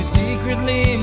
secretly